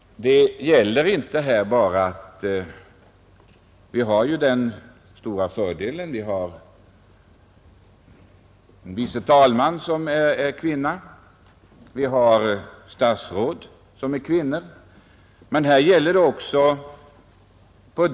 Vi har en vice talman, som är kvinna, och vi har statsråd som är kvinnor och det är bra.